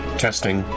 testing,